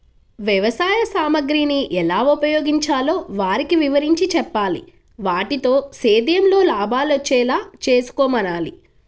వ్యవసాయ సామగ్రిని ఎలా ఉపయోగించాలో వారికి వివరించి చెప్పాలి, వాటితో సేద్యంలో లాభాలొచ్చేలా చేసుకోమనాలి